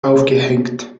aufgehängt